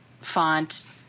font